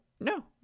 No